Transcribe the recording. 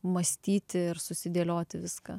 mąstyti ir susidėlioti viską